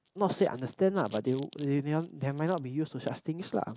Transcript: not say understand lah but they they they might not be used to such things lah